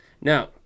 now